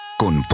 con